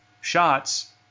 shots